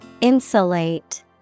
Insulate